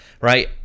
Right